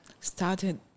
started